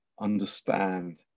understand